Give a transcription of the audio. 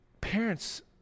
Parents